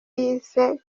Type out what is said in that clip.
yise